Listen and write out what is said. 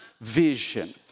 vision